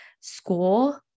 school